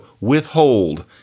withhold